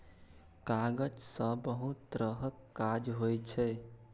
कागज सँ बहुत तरहक काज होइ छै